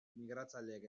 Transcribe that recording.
migratzaileek